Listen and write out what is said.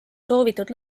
soovitud